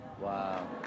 Wow